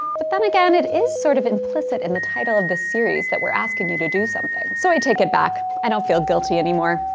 but then again, it is sort of implicit in the title of this series that we're asking you to do something. so i take it back. i don't feel guilty anymore.